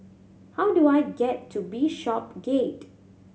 how do I get to Bishopsgate